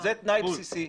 זה תנאי בסיסי.